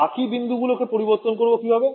বাকি বিন্দুগুলকে পরিবর্তন করবো কিভাবে